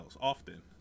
often